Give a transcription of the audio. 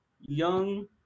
young